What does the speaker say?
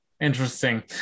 interesting